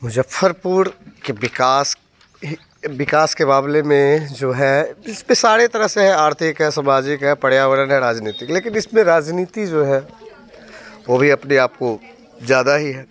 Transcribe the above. मुज़फ़्फ़रपुर के विकास ही विकास के मामले में जो है इस पर सारे तरह से है आर्थिक है समाजिक है पर्यावरण है राजनीतिक लेकिन इस में राजनीति जो है वो भी अपने आपको ज़्यादा ही है